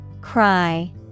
Cry